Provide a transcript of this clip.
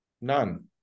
None